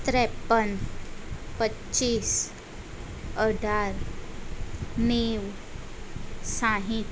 ત્રેપન પચીસ અઢાર નેવું સાઠ